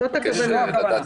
זאת הכוונה.